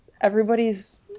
everybody's